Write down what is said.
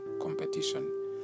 competition